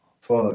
fuck